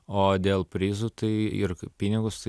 o dėl prizų tai ir pinigus